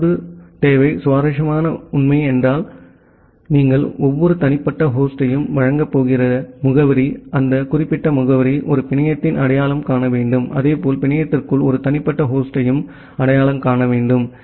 இரண்டாவது தேவை சுவாரஸ்யமான உண்மை என்னவென்றால் நீங்கள் ஒவ்வொரு தனிப்பட்ட ஹோஸ்டையும் வழங்கப் போகிற முகவரி அந்த குறிப்பிட்ட முகவரி ஒரு பிணையத்தை அடையாளம் காண வேண்டும் அதே போல் பிணையத்திற்குள் ஒரு தனிப்பட்ட ஹோஸ்டையும் அடையாளம் காண வேண்டும்